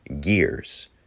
gears